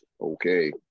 okay